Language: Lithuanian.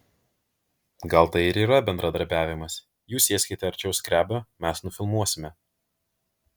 gal tai ir yra bendradarbiavimas jūs sėskite arčiau skrebio mes nufilmuosime